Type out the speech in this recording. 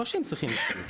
זה לא שהם צריכים אשפוז,